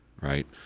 right